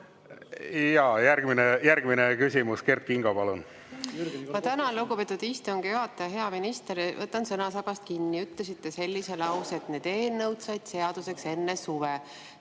Jaa. Järgmine küsimus, Kert Kingo, palun! Tänan, lugupeetud istungi juhataja! Hea minister! Võtan sõnasabast kinni. Ütlesite sellise lause, et need eelnõud said seaduseks enne suve.